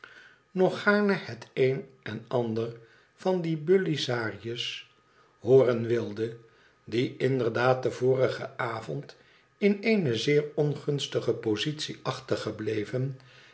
nog gaarne het een en ander van die bully zaarjes hooren wilde die inderdaad den vorigen avond in eene zeer ongunstige positie achtergebleven